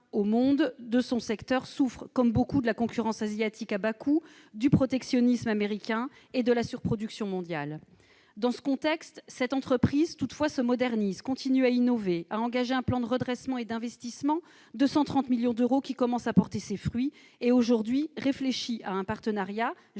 un mondial de son secteur, elle souffre comme beaucoup de la concurrence asiatique à bas coûts, du protectionnisme américain et de la surproduction mondiale. Dans ce contexte, elle continue toutefois à se moderniser et à innover. Elle a engagé un plan de redressement et d'investissement de 130 millions d'euros qui commence à porter ses fruits, et elle réfléchit aujourd'hui à un partenariat « au